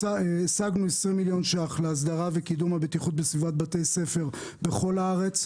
השגנו 20 מיליון ₪ להסדרה וקידום הבטיחות בסביבת בתי ספר בכל הארץ.